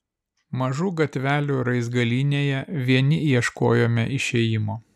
mažų gatvelių raizgalynėje vieni ieškojome išėjimo